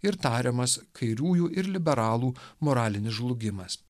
ir tariamas kairiųjų ir liberalų moralinis žlugimas